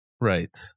Right